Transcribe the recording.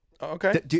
Okay